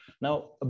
Now